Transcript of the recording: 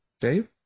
Dave